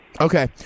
Okay